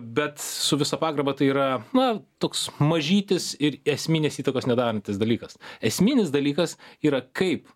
bet su visa pagarba tai yra na toks mažytis ir esminės įtakos nedarantis dalykas esminis dalykas yra kaip